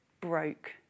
broke